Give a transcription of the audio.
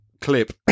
clip